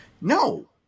no